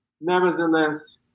Nevertheless